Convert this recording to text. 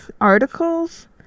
articles